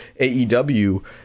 AEW